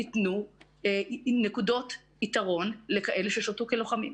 לא יתנו נקודות יתרון למי ששרתו כלוחמים.